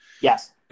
Yes